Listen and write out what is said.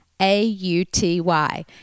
A-U-T-Y